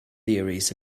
theories